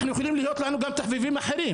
אנחנו יכולים להיות לנו גם תחביבים אחרים